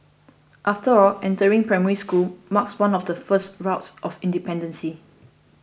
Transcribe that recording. after all entering Primary School marks one of the first rites of independence